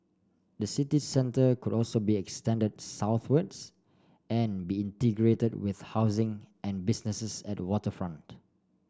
the city centre could also be extended southwards and be integrated with housing and businesses at waterfront